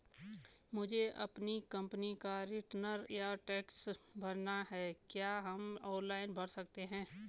मुझे अपनी कंपनी का रिटर्न या टैक्स भरना है क्या हम ऑनलाइन भर सकते हैं?